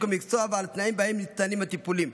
במקצוע ועל התנאים שבהם ניתנים הטיפולים.